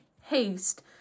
haste